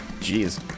Jeez